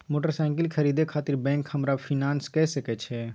Motorcycle खरीदे खातिर bank हमरा फिनांस कय सके छै?